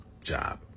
job